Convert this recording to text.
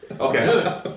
Okay